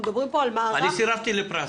אני סירבתי לפלסטר.